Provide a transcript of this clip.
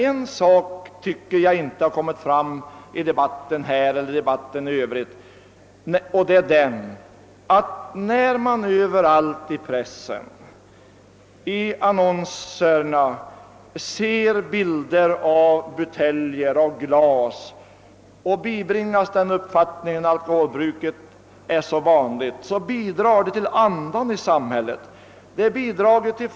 En sak tycker jag inte har kommit fram i denna debatt eller i debatten i Övrigt, nämligen att dessa annonser i pressen med bilder av buteljer och glas — annonser som bibringar oss den uppfattningen att alkoholbruket är en vanlig företeelse — bidrar till hela andan i samhället.